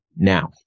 Now